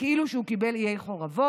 כאילו שהוא קיבל עיי חורבות.